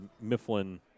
Mifflin